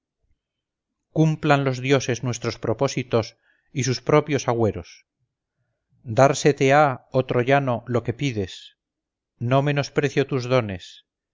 cumplan los dioses nuestros propósitos y sus propios agüeros dársete ha oh troyano lo que pides no menosprecio tus dones